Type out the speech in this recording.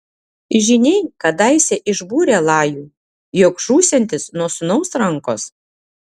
žyniai kadaise išbūrė lajui jog žūsiantis nuo sūnaus rankos